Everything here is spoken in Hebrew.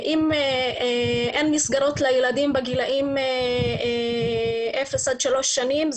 אין מסגרות לילדים בגילאים אפס עד שלוש שנים.